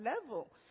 level